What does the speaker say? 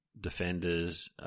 defenders